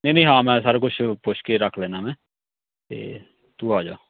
ਨਹੀਂ ਨਹੀਂ ਹਾਂ ਮੈਂ ਸਾਰਾ ਕੁਛ ਪੁੱਛ ਕੇ ਰੱਖ ਲੈਂਦਾ ਮੈਂ ਅਤੇ ਤੂੰ ਆ ਜਾ